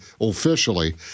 officially